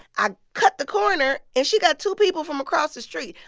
i cut the corner, and she got two people from across the street.